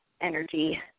energy